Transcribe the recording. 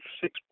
six